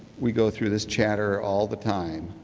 we go through this chatter all the time.